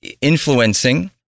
influencing